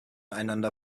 einander